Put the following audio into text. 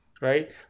right